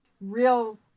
real